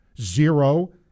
Zero